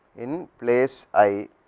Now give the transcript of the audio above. in place i